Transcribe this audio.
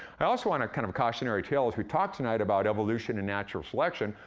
i also wanna kind of a cautionary tale as we talk tonight about evolution and natural selection,